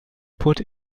put